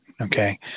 Okay